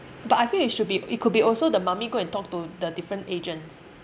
but I feel it should be it could be also the mummy go and talk to the different agents